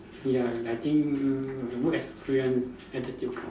ya I think work as freelance attitude counts